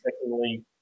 secondly